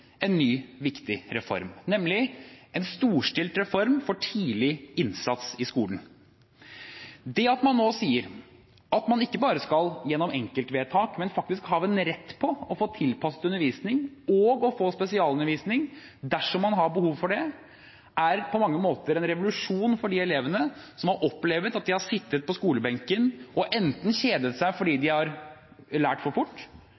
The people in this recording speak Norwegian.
en ny, viktig reform, nemlig en storstilt reform for tidlig innsats i skolen. Det at man nå sier at man ikke bare skal gjennom enkeltvedtak, men faktisk har en rett til å få tilpasset undervisning og å få spesialundervisning dersom man har behov for det, er på mange måter en revolusjon for de elevene som har opplevd at de har sittet på skolebenken enten og kjedet seg fordi de har lært for fort,